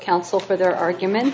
council for their argument